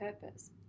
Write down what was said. purpose